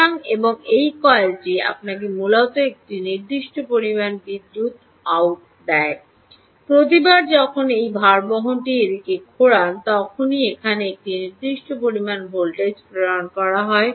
সুতরাং এবং এই কয়েলটি আপনাকে মূলত একটি নির্দিষ্ট পরিমাণ বিদ্যুৎ আউট দেয় প্রতিবার যখন এই ভারবহনটি এটি ঘোরান তখনই এখানে একটি নির্দিষ্ট পরিমাণে ভোল্টেজ প্রেরণা হয়